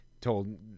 told